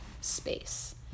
space